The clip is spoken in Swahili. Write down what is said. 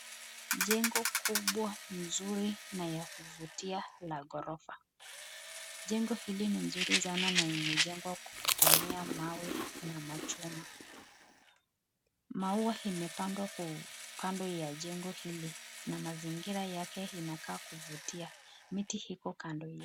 Jango kubwa nzuri ya kuvutia la gorofa, jengo hili ni mzuri sana na imejengwa kwa kutumia mawe na machuma, mawe yemepangwa kando ya jengo hili, na mazingira yake inakaa kuvutia, miti iko kando yake.